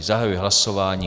Zahajuji hlasování.